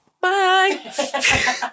Bye